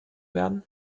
werden